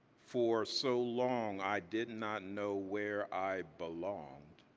for so long, i did not know where i belonged.